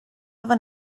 gyda